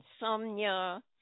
insomnia